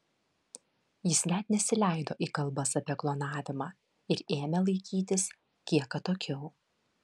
jis net nesileido į kalbas apie klonavimą ir ėmė laikytis kiek atokiau